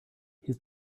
his